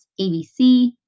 ABC